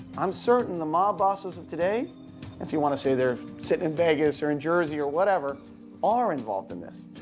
i'm certain the mob bosses of today if you want to say they're sitting in vegas or in jersey or whatever are involved in this.